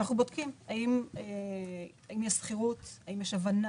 אנחנו בודקים האם יש סחירות, האם יש הבנה,